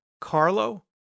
Carlo